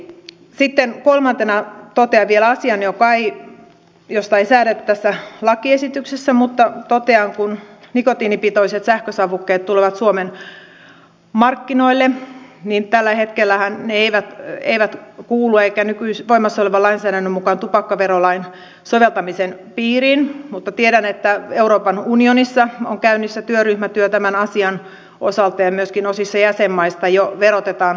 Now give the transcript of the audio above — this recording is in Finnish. sitten kolmantena totean vielä asian josta ei säädetty tässä lakiesityksessä mutta totean että kun nikotiinipitoiset sähkösavukkeet tulevat suomen markkinoille niin tällä hetkellähän ne eivät kuulu voimassa olevan lainsäädännön mukaan tupakkaverolain soveltamisen piiriin mutta tiedän että euroopan unionissa on käynnissä työryhmätyö tämän asian osalta ja myöskin osissa jäsenmaista jo verotetaan sähkötupakkaa